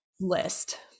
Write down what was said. list